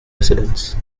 residents